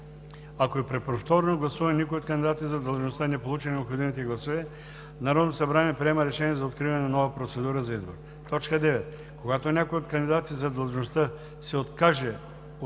Ако и при повторното гласуване никой от кандидатите за длъжността не получи необходимите гласове, Народното събрание приема решение за откриване на нова процедура за избор. 9. Когато някой от кандидатите за длъжността се откаже от